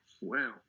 Wow